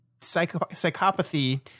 psychopathy